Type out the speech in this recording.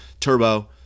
Turbo